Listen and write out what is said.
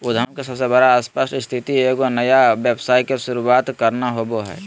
उद्यम के सबसे बड़ा स्पष्ट स्थिति एगो नया व्यवसाय के शुरूआत करना होबो हइ